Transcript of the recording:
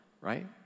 right